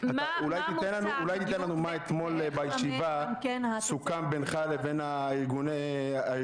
--- אולי תיתן לנו מה אתמול בישיבה סוכם בינך לבין הארגונים.